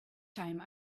time